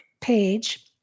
page